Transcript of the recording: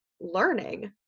learning